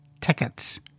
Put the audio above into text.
tickets